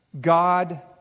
God